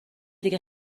دیگه